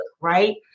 right